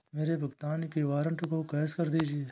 मेरे भुगतान के वारंट को कैश कर दीजिए